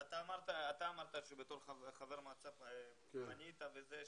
אתה אמרת שבתור חבר מועצה פנית וזה,